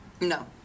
No